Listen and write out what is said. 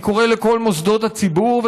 אני קורא לכל מוסדות הציבור,